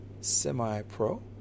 semi-pro